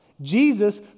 Jesus